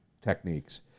techniques